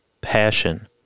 Passion